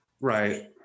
Right